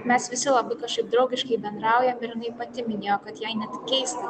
mes visi labai kažkaip draugiškai bendraujam ir jinai pati minėjo kad jai net keista